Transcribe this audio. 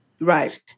right